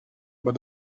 but